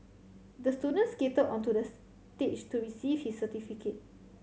the student skated onto the stage to receive his certificate